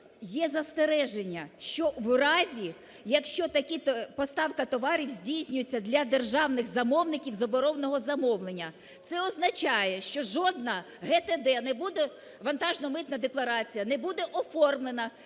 є застереження, що в разі, якщо… поставка товарів здійснюється для державних замовників з оборонного замовлення. Це означає, що жодна ГТД не буде, вантажно-митна декларація , не буде оформлена